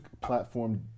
platform